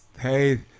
hey